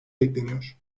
bekleniyor